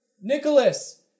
Nicholas